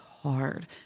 hard